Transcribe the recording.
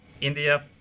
India